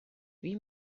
wie